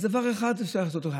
אז דבר אחד שאפשר לעשות אולי,